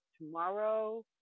tomorrow